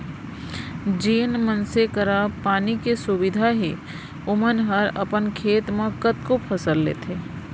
जेन मनसे करा पानी के सुबिधा हे ओमन ह अपन खेत म कतको फसल लेथें